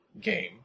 game